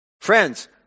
friends